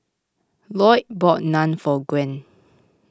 Loyd bought Naan for Gwen